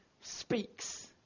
speaks